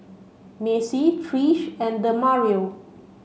Macy Trish and Demario